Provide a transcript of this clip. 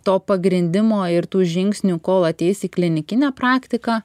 to pagrindimo ir tų žingsnių kol ateis į klinikinę praktiką